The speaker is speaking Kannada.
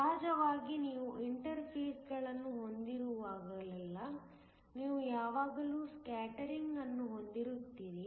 ಸಹಜವಾಗಿ ನೀವು ಇಂಟರ್ಫೇಸ್ಗಳನ್ನು ಹೊಂದಿರುವಾಗಲೆಲ್ಲಾ ನೀವು ಯಾವಾಗಲೂ ಸ್ಕ್ಯಾಟರಿಂಗ್ ಅನ್ನು ಹೊಂದಿರುತ್ತೀರಿ